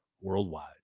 worldwide